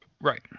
Right